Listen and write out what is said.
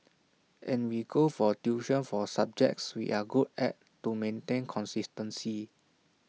and we go for tuition for subjects we are good at to maintain consistency